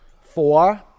four